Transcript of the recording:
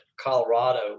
Colorado